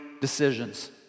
decisions